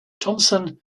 thompson